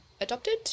adopted